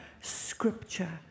scripture